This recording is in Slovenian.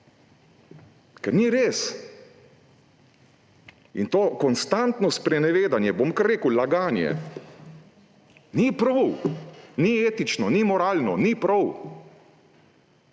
ker ni res. In to konstantno sprenevedanje, bom kar rekel laganje, ni prav. Ni etično, ni moralno, ni prav!